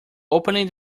opening